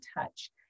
touch